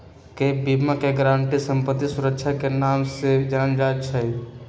gap बीमा के guarantee संपत्ति सुरक्षा के नाम से जानल जाई छई